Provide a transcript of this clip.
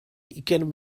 ugain